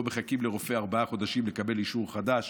לא מחכים לרופא ארבעה חודשים לקבל אישור חדש,